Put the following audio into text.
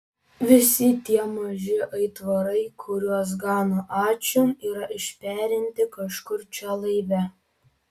visi tie maži aitvarai kuriuos gano ačiū yra išperinti kažkur čia laive